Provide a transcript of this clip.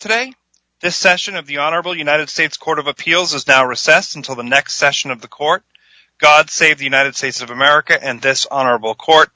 today the session of the honorable united states court of appeals is now recess until the next session of the court god save the united states of america and this honorable court